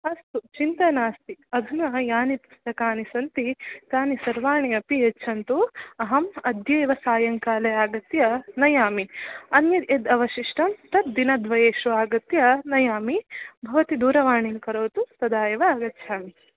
अस्तु चिन्ता नास्ति अधुना यानि पुस्तकानि सन्ति तानि सर्वाणि अपि यच्छन्तु अहम् अद्यैव सायङ्काले आगत्य नयामि अन्यत् यद् अवशिष्टं तत् दिनद्वयेषु आगत्य नयामि भवती दूरवाणीं करोतु तदा एव आगच्छामि